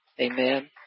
amen